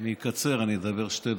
אני אקצר, אני אדבר שתי דקות.